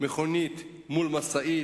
של מכונית מול משאית,